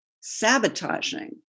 sabotaging